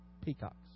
peacocks